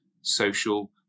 social